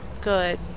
good